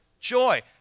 Joy